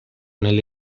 nelle